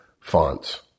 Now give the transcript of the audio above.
fonts